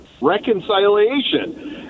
reconciliation